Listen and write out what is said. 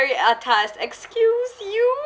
atas excuse you